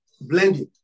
blending